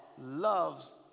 loves